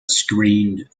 screened